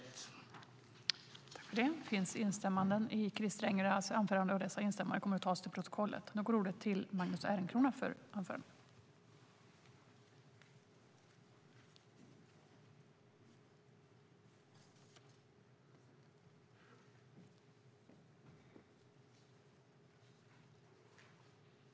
I detta anförande instämde Lennart Axelsson, Christin Hagberg och Lena Hallengren .